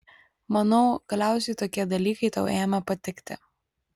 manau galiausiai tokie dalykai tau ėmė patikti